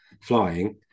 flying